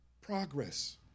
progress